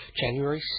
January